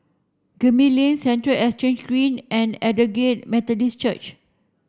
Gemmill Lane Central Exchange Green and Aldersgate Methodist Church